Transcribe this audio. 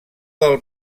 del